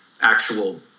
actual